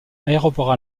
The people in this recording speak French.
aéroport